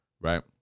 right